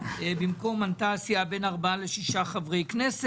על מה שנאמר על ידי יאיר לפיד ואחרים,